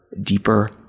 deeper